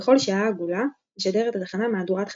בכל שעה עגולה, משדרת התחנה מהדורת חדשות,